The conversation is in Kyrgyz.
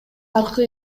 аркы